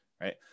Right